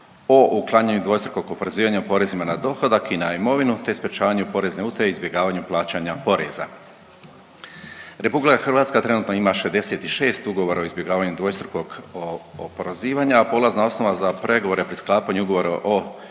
o uklanjanju dvostrukog oporezivanja porezima na dohodak i na imovinu, te sprječavanju porezne utaje i izbjegavanja plaćanja poreza. RH trenutno ima 66 ugovora o izbjegavanju dvostrukog oporezivanja, a polazna osnova za pregovore pri sklapanju ugovora o